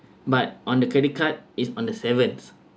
but on the credit card is on the seventh